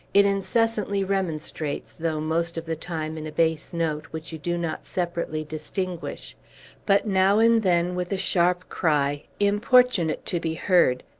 it incessantly remonstrates, though, most of the time, in a bass-note, which you do not separately distinguish but, now and then, with a sharp cry, importunate to be heard,